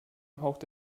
haucht